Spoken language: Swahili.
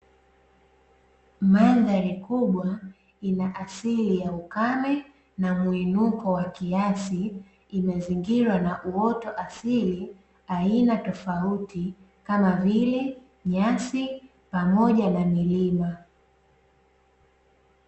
Mandhari kubwa ina asili ya ukame na mwinuko wakiasi, imezingirwa na uoto asili aina tofauti kama vile nyasi pamoja na milima.